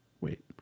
Wait